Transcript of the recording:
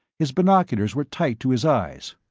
his binoculars were tight to his eyes.